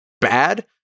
bad